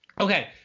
Okay